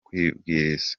kubwiriza